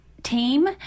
Team